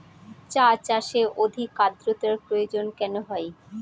চা চাষে অধিক আদ্রর্তার প্রয়োজন কেন হয়?